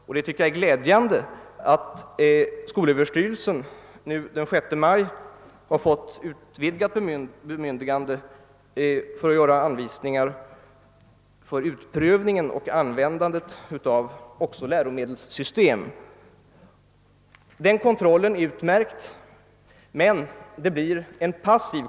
Jag finner det glädjande att skolöverstyrelsen den 6 maj har fått utvidgat bemyndigande att göra anvisningar för utprövningen och användandet av också läromedelssystem. Den kontrollen är utmärkt, men den blir passiv.